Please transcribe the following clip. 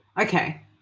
Okay